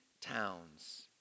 towns